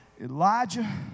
Elijah